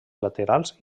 laterals